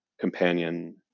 companion